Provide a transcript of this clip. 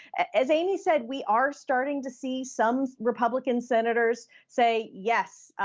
as amy said, we are starting to see some republican senators say, yes,